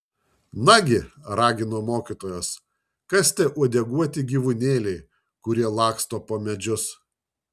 nagi ragino mokytojas kas tie uodeguoti gyvūnėliai kurie laksto po medžius